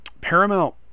paramount